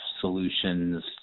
solutions